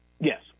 Yes